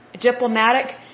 diplomatic